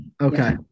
Okay